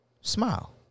smile